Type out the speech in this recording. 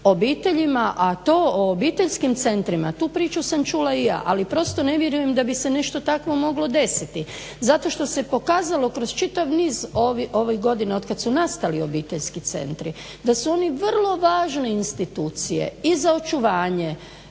obiteljima, a to o obiteljskim centrima tu priču sam čula i ja, ali prosto ne vjerujem da bi se nešto takvo moglo desiti. Zato što se pokazalo kroz čitav niz ovih godina od kad su nastali obiteljski centri da su oni vrlo važne institucije i za očuvanje